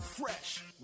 Fresh